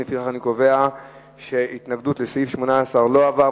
לפיכך אני קובע שההסתייגות לסעיף 18 לא עברה.